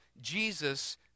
Jesus